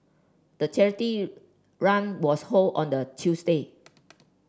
the charity run was hold on the Tuesday